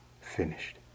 finished